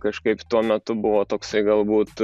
kažkaip tuo metu buvo toksai galbūt